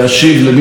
אני אומר שוב,